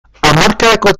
hamarkadako